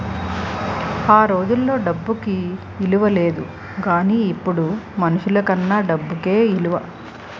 ఆ రోజుల్లో డబ్బుకి ఇలువ లేదు గానీ ఇప్పుడు మనుషులకన్నా డబ్బుకే ఇలువ